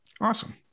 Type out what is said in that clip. Awesome